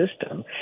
system